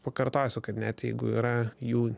pakartosiu kad net jeigu yra jų